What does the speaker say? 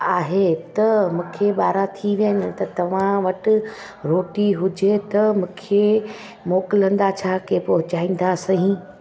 आहे त मूंखे ॿारहं थी विया त तव्हां वटि रोटी हुजे त मूंखे मोकिलंदा छा की पहुचाईंदा सही